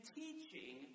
teaching